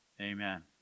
Amen